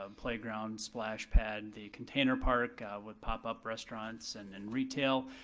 um playground, splash pad, the container park with pop-up restaurants and and retail.